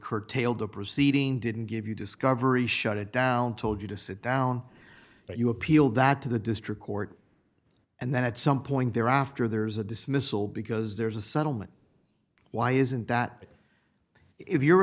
curtailed the proceeding didn't give you discovery shut it down told you to sit down but you appealed that to the district court and then at some point there after there's a dismissal because there's a settlement why isn't that if you're